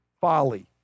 folly